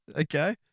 Okay